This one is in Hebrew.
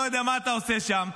אני לא יודע מה אתה עושה שם,